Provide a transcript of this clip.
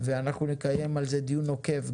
ואנחנו נקיים על זה דיון עוקב,